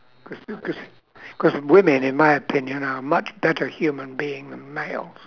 presu~ cause women in my opinion are much better human being than males